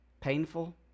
Painful